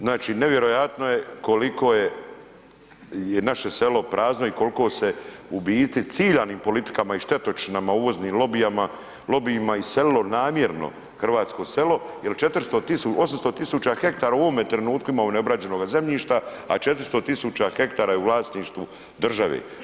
Znači nevjerojatno je koliko je naše selo prazno i koliko se u biti ciljanim politikama i štetočinama i uvoznim lobijima iselilo namjerno hrvatsko selo jer 800.000 hektara u ovome trenutku imamo neobrađenoga zemljišta, a 400.000 hektara je u vlasništvu države.